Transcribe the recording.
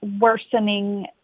worsening